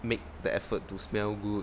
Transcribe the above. make the effort to smell good